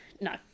No